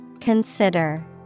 Consider